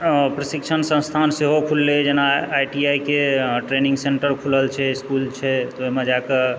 प्रशिक्षण संस्थान सेहो खुललै जेना आइ टी आइ के ट्रेनिंग सेंटर खुलल छै इस्कुल छै तऽ ओहिमे जा कऽ